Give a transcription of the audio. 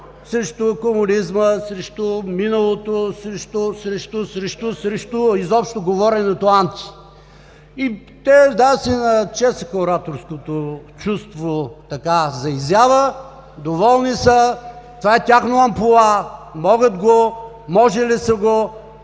срещу комунизма, срещу миналото, срещу, срещу, срещу… Изобщо говоренето „анти“. Те, да, си начесаха ораторското чувство за изява, доволни са. Това е тяхно амплоа – могат го, можели са го,